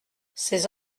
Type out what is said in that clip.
ces